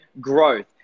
growth